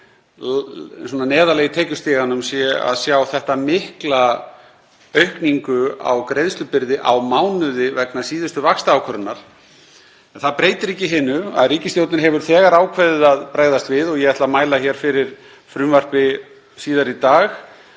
fólk neðarlega í tekjustiganum sé að sjá þetta mikla aukningu á greiðslubyrði á mánuði vegna síðustu vaxtaákvörðunar. En það breytir ekki hinu að ríkisstjórnin hefur þegar ákveðið að bregðast við og ég ætla að mæla hér fyrir frumvarpi síðar í dag